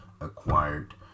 acquired